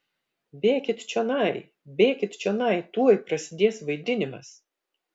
bėkit čionai bėkit čionai tuoj prasidės vaidinimas